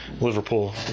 Liverpool